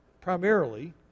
primarily